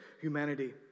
humanity